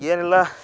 ಏನಿಲ್ಲ